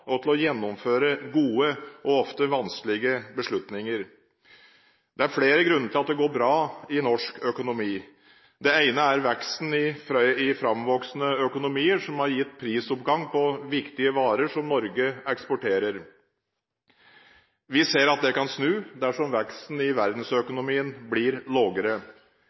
og til å gjennomføre gode og ofte vanskelige beslutninger. Det er flere grunner til at det går bra i norsk økonomi. Det ene er veksten i framvoksende økonomier, som har gitt prisoppgang på viktige varer som Norge eksporterer. Vi ser at det kan snu dersom veksten i verdensøkonomien blir